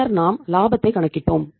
பின்னர் நாம் லாபத்தை கணக்கிட்டோம்